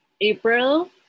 April